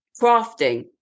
crafting